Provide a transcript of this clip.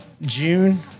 June